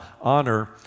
honor